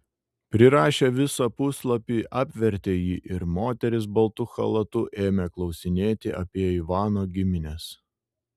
prirašę visą puslapį apvertė jį ir moteris baltu chalatu ėmė klausinėti apie ivano gimines